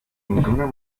ninguna